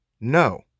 No